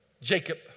Jacob